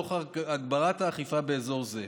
תוך הגברת האכיפה באזור זה.